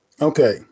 Okay